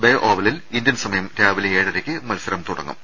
bay ഓവലിൽ Indian സമയം രാവിലെ ഏഴരയ്ക്ക് മത്സരം തുടങ്ങും